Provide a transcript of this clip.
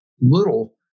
little